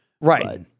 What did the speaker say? right